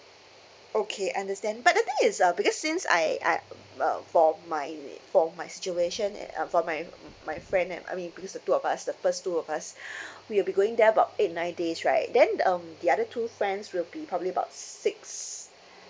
okay understand but the thing is uh because since I I uh uh for my need for my situation and uh for my um my friend and I mean because the two of us the first two of us we'll be going there about eight nine days right then um the other two friends will be probably about six